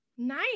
Nice